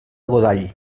godall